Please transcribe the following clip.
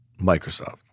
Microsoft